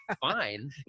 fine